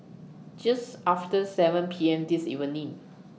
Just after seven P M This evening